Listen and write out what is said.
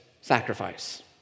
sacrifice